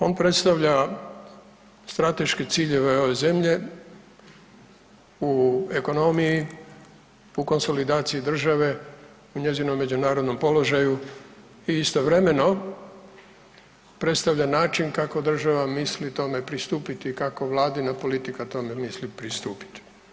On predstavlja strateške ciljeve ove zemlje u ekonomiji u konsolidaciji države u njezinom međunarodnom položaju i istovremeno predstavlja način kako država misli tome pristupiti, kako vladina politika tome misli pristupiti.